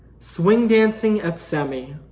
swing dancing at semi,